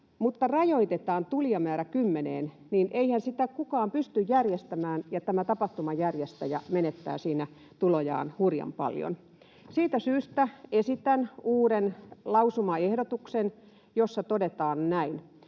mutta rajoitetaan tulijamäärä kymmeneen, niin eihän sitä kukaan pysty järjestämään, ja tämä tapahtumajärjestäjä menettää siinä tulojaan hurjan paljon. Siitä syystä esitän uuden lausumaehdotuksen, jossa todetaan näin: